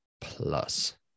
plus